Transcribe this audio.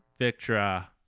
Victra